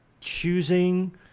choosing